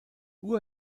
uhr